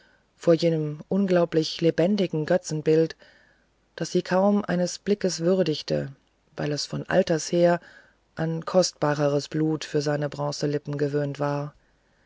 vor jenem unglaublich lebendigen götzenbild das sie kaum eines blickes würdigte weil es von alters her an kostbareres blut für seine bronzelippen gewöhnt war